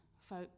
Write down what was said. folk